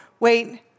Wait